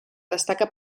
destaca